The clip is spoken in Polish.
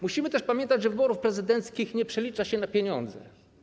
Musimy też pamiętać, że wyborów prezydenckich nie przelicza się na pieniądze.